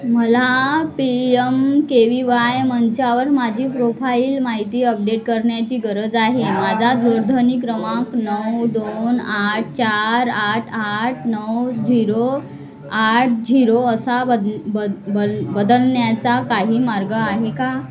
मला P M K V Y मंचावर माझी प्रोफाईल माहिती अपडेट करण्याची गरज आहे माझा दूरध्वनी क्रमांक नऊ दोन आठ चार आठ आठ नऊ झिरो आठ झिरो असा बद बद बल बदलण्याचा काही मार्ग आहे का